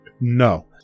no